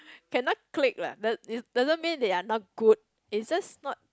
cannot click lah da~ it doesn't mean they are not good it's just not